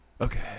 okay